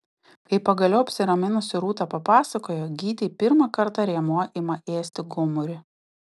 kai pagaliau apsiraminusi rūta papasakojo gytei pirmą kartą rėmuo ima ėsti gomurį